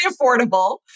affordable